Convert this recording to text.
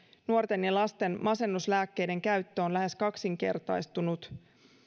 nuorten ja lasten masennuslääkkeiden käyttö on lähes kaksinkertaistunut